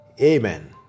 Amen